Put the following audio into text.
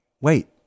wait